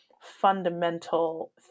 fundamental